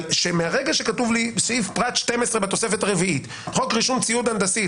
אבל שמרגע שכתוב לי בסעיף פרט 12 בתוספת הרביעית: חוק רישום ציוד הנדסי,